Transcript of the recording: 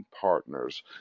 partners